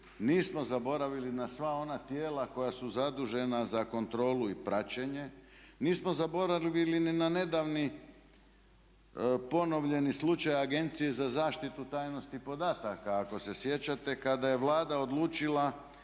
nismo zaboravili na sva ona tijela koja su zadužena za kontrolu i praćenje, nismo zaboravili ni na nedavni ponovljeni slučaj Agencije za zaštitu tajnosti podataka ako se sjećate kada je Vlada odlučila